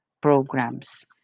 programs